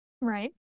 Right